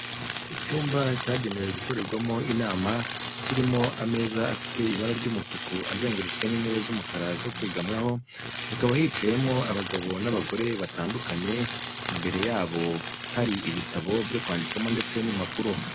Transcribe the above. Icyumba cyagenewe gukorerwamo inama, kirimo ameza afite ibara ry'umutuku azengurutswe n'intebe z'umukara zo kwegamwaho, hakaba hicayemo abagabo n'abagore batandukanye, imbere yabo hari ibitabo byo kwandikamo ndetse n'impapuro.